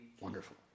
wonderful